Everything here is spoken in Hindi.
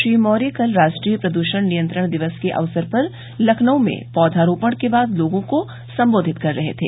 श्री मौर्य कल राष्ट्रीय प्रदृषण नियंत्रण दिवस के अवसर पर लखनऊ में पौधा रोपण के बाद लोगों को संबोधित कर रहे थे